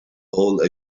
hole